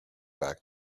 back